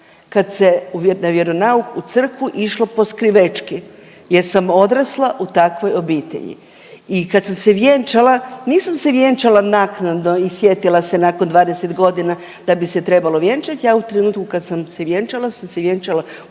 uvjet na vjeronauk, u crkvu išlo poskrivečki jer sam odrasla u takvoj obitelji. I kad sam se vjenčala, nisam se vjenčala naknadno i sjetila se nakon 20 godina da bi se trebalo vjenčati, ja u trenutku kad sam se vjenčala sam se vjenčala u onoj